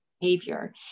behavior